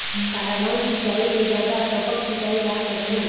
साधारण सिचायी ले जादा टपक सिचायी ला करथे